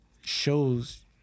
shows